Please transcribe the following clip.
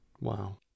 wow